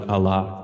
Allah